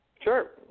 Sure